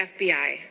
FBI